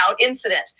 incident